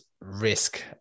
risk